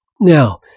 Now